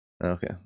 Okay